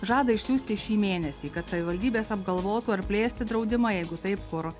žada išsiųsti šį mėnesį kad savivaldybės apgalvotų ar plėsti draudimą jeigu taip kur